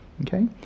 Okay